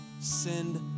send